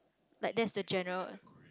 like that's the general